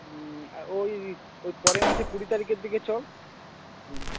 ওই পরের মাসে কুড়ি তারিখের দিকে চল